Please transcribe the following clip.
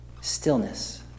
stillness